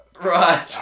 Right